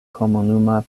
komunuma